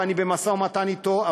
ואני במשא-ומתן אתו,